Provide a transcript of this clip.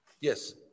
Yes